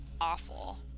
awful